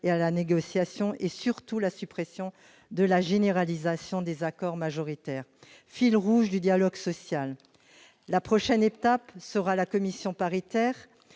et à la négociation et, surtout, la suppression de la généralisation des accords majoritaires, fil rouge du dialogue social. La prochaine étape sera la commission mixte paritaire.